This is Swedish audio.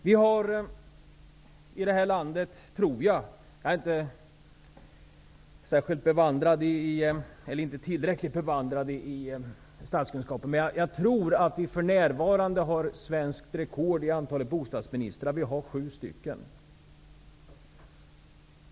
För närvarande har vi här i landet, tror jag -- jag är inte särskilt bevandrad i statskunskap -- svenskt rekord i antalet bostadsministrar; vi har sju stycken.